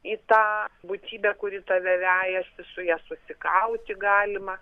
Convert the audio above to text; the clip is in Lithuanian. į tą būtybę kuri tave vejasi su ja susikauti galima